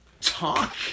talk